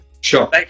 Sure